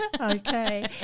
okay